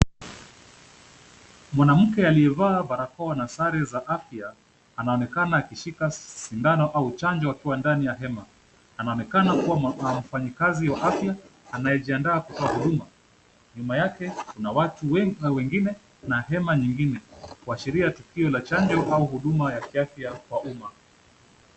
Mwanamke aliyevaa barakoa na sare za afya anaonekana akishika sindano akiwa ndani ya hema. Anaonekana kuwa mfanyikazi wa afya anayejiandaa kutoa huduma. Nyuma yake kuna watu wengine na hema nyingine kuashiria tukio la chanjo au huduma ya kiafya kwa umma.